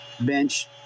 bench